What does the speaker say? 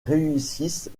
réussissent